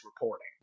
reporting